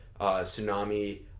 tsunami